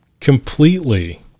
completely